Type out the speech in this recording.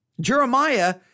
Jeremiah